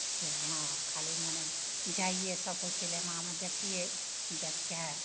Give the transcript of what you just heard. से हँ खाली मने जाइए सबकिछु सिनेमामे देखिए देखिके आओर